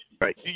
right